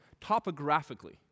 Topographically